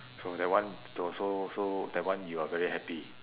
so that one also so that one you are very happy